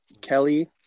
Kelly